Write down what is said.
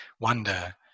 wonder